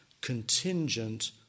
contingent